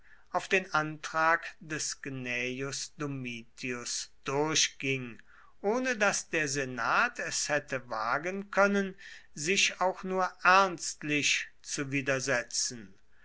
auf den antrag des gnaeus domitius durchging ohne daß der senat es hätte wagen können sich auch nur ernstlich zu widersetzen